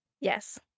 Yes